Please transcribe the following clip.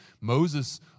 Moses